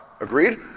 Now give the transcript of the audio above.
Agreed